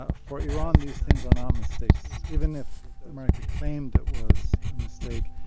ah for iran, these things are not mistakes. even if america claimed it was a mistake,